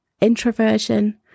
introversion